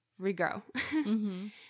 regrow